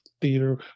theater